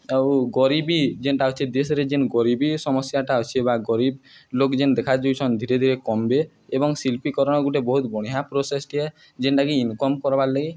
ଆଉ ଗରିବୀ ଜେନ୍ଟା ଅଛେ ଦେଶରେ ଯେନ୍ ଗରିବୀ ସମସ୍ୟାଟା ଅଛେ ବା ଗରିବ୍ ଲୋକ୍ ଯେନ୍ଟା ଦେଖା ଯାଉଛନ୍ ଧୀରେ ଧୀରେ କମ୍ବେ ଏବଂ ଶିଳ୍ପୀକରଣ୍ ଗୁଟେ ବହୁତ୍ ବଢ଼ିଁଆ ପ୍ରୋସେସ୍ଟିଏ ଯେନ୍ଟାକି ଇନ୍କମ୍ କର୍ବାର୍ଲାଗି